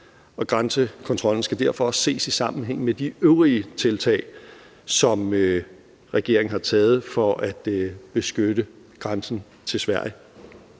Grænsekontrollen skal derfor også ses i sammenhæng med de øvrige tiltag, som regeringen har taget for at beskytte grænsen til Sverige.